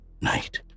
Night